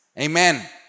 Amen